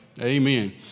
Amen